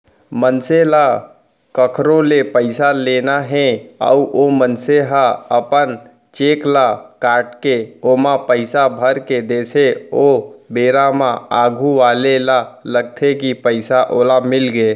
मनसे ल कखरो ले पइसा लेना हे अउ ओ मनसे ह अपन चेक ल काटके ओमा पइसा भरके देथे ओ बेरा म आघू वाले ल लगथे कि पइसा ओला मिलगे